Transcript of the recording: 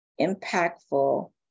impactful